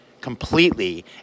completely